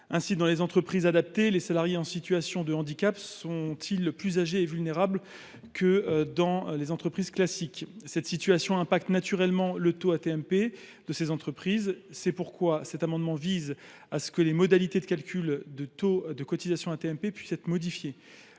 Ainsi, dans les entreprises adaptées, les salariés en situation de handicap sont ils plus âgés et vulnérables que dans les entreprises classiques. Cette situation affecte naturellement le taux de cotisation AT MP de ces entreprises, et c’est pourquoi cet amendement vise à ce que les modalités de calcul de ce taux puissent être modifiées.